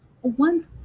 one